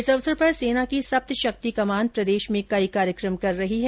इस अवसर पर सेना की सप्त शक्ति कमान प्रदेश में कई कार्यक्रम कर रही है